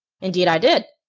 indeed i did!